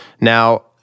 Now